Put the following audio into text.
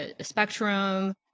spectrum